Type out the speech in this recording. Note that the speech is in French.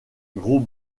gros